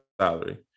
salary